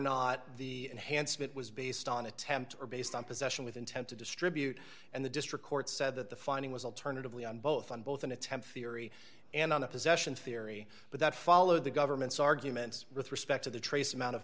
not the enhanced it was based on attempt or based on possession with intent to distribute and the district court said that the finding was alternatively on both on both an attempt theory and on the possession theory but that followed the government's arguments with respect to the trace amount of